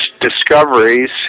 Discoveries